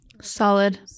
Solid